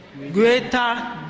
greater